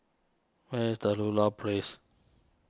where is the Ludlow Place